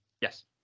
Yes